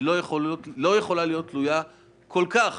היא לא יכולה להיות תלויה כל כך